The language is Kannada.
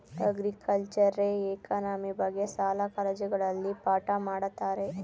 ಅಗ್ರಿಕಲ್ಚರೆ ಎಕಾನಮಿ ಬಗ್ಗೆ ಶಾಲಾ ಕಾಲೇಜುಗಳಲ್ಲಿ ಪಾಠ ಮಾಡತ್ತರೆ